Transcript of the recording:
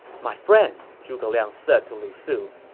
my friend, zhuge liang said to lu su,